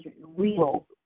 real